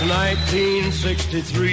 1963